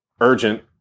Urgent